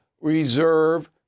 reserve